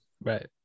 right